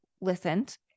listened